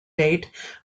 date